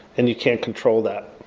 and you can't control that.